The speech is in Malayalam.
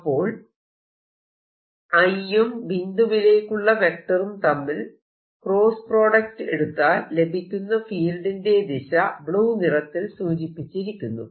അപ്പോൾ I യും ബിന്ദുവിലേക്കുള്ള വെക്ടറും തമ്മിലുള്ള ക്രോസ്സ് പ്രോഡക്റ്റ് എടുത്താൽ ലഭിക്കുന്ന ഫീൽഡിന്റെ ദിശ ബ്ലൂ നിറത്തിൽ സൂചിപ്പിച്ചിരിക്കുന്നു